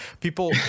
people